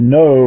no